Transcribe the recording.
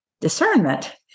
Discernment